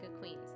Queens